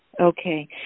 Okay